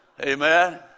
Amen